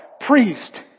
priest